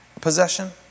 possession